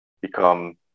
become